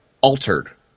altered